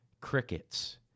crickets